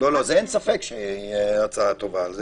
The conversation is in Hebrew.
אין ספק שההצעה טובה.